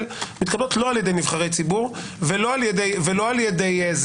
מתקבלות לא על ידי נבחרי ציבור ולא על ידי זה